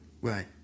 Right